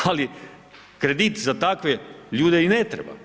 Ali kredit za takve ljude i ne treba.